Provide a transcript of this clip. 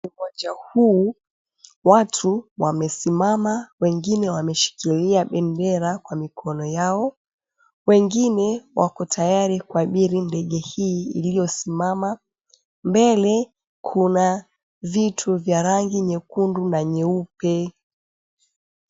Uwanja huu, watu wamesimama wengine wameshikilia bendera kwa mikono yao, wengine wako tayari kuabiri ndege hii iliyo simama. Mbele kuna vitu vya rangi nyekundu na nyeupe.